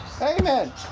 Amen